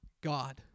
God